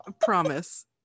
promise